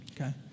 Okay